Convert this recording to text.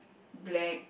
black